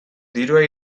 dirua